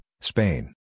Spain